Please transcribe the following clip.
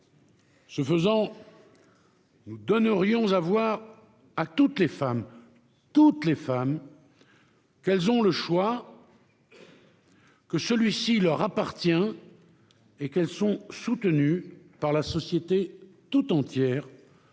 Ce faisant, nous donnerions à voir à toutes les femmes - je répète, toutes les femmes -qu'elles ont le choix, que celui-ci leur appartient, et qu'elles sont soutenues par la société tout entière